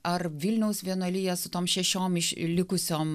ar vilniaus vienuolija su tom šešiom išlikusiom